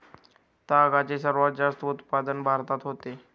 तागाचे सर्वात जास्त उत्पादन भारतात होते